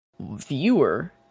viewer